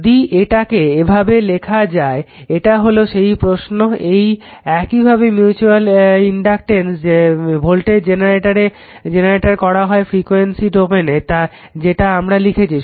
যদি এটাকে এইভাবে লেখা যায় এটা হলো সেই প্রশ্ন এই একইভাবে মিউচুয়াল ইনডাকটেন্স ভোল্টেজ জেনারেটর করা হয় ফ্রিকুয়েন্সি ডোমেনে যেটা আমরা লিখছি